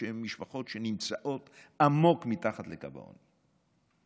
משפחות שנמצאות עמוק מתחת לקו העוני.